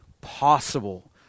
possible